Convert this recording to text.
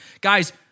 Guys